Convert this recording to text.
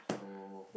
so